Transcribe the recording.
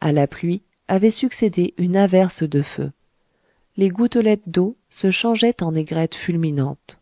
a la pluie avait succédé une averse de feu les gouttelettes d'eau se changeaient en aigrettes fulminantes